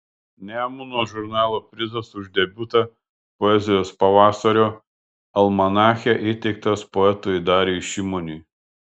nemuno žurnalo prizas už debiutą poezijos pavasario almanache įteiktas poetui dariui šimoniui